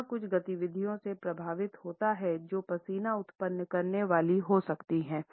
यह कुछ गतिविधियों से प्रभावित होता है जो पसीना उत्पन्न करने वाली हो सकती हैं